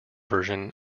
version